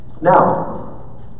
now